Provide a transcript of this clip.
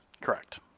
Correct